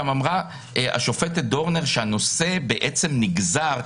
גם אמרה השופטת דורנר שהנושא נגזר,